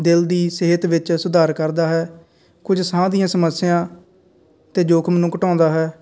ਦਿਲ ਦੀ ਸਿਹਤ ਵਿੱਚ ਸੁਧਾਰ ਕਰਦਾ ਹੈ ਕੁਝ ਸਾਹ ਦੀਆਂ ਸਮੱਸਿਆ ਅਤੇ ਜ਼ੋਖਮ ਨੂੰ ਘਟਾਉਂਦਾ ਹੈ